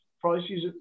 Prices